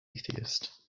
atheist